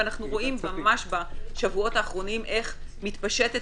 ואנחנו רואים ממש בשבועות האחרונים איך מתפשטת